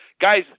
guys